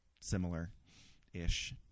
similar-ish